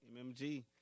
mmg